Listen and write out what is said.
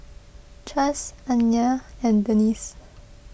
Chas Anaya and Denise